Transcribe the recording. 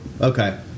Okay